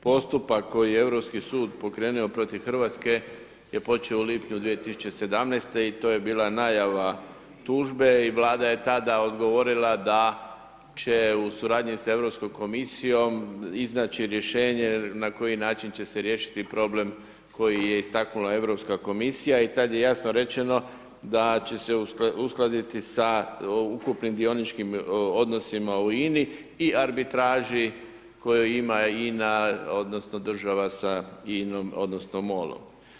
Postupak koji je Europski sud pokrenuo protiv Hrvatske je počeo u lipnju 2017. i to je bila najava tužbe i Vlada je tada odgovorila da će u suradnji sa Europskom komisijom iznaći rješenje na koji način će se riješiti problem koji je istaknula Europska komisija i da tada je jasno rečeno da će se uskladiti sa ukupnim dioničkim odnosima u INA-i i arbitraži koju ima INA odnosno država sa INA-om odnosno MOL-om.